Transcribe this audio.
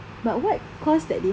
but what course that they have